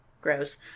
gross